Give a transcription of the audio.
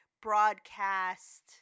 broadcast